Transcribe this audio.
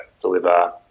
deliver